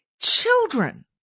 children